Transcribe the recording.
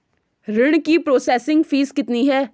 ऋण की processing fees कितनी है?